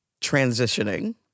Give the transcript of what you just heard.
transitioning